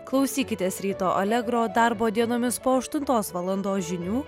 klausykitės ryto alegro darbo dienomis po aštuntos valandos žinių